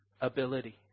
ability